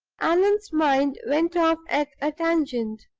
allan's mind went off at a tangent,